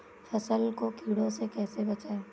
फसल को कीड़ों से कैसे बचाएँ?